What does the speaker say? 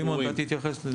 שמעון, אתה תתייחס לזה.